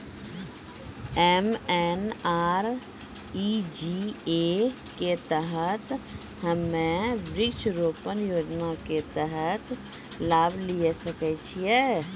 MNREGA के तहत हम्मय वृक्ष रोपण योजना के तहत लाभ लिये सकय छियै?